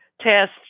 test